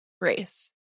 race